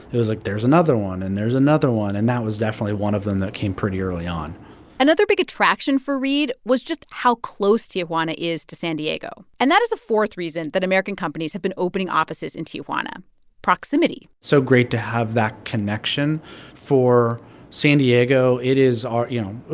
it was, like, there's another one, and there's another one. and that was definitely one of them that came pretty early on another big attraction for reid was just how close tijuana is to san diego. and that is a fourth reason that american companies have been opening offices in tijuana proximity so great to have that connection for san diego. it is our you know,